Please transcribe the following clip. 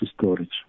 storage